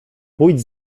pójdź